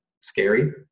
scary